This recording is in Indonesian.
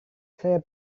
saya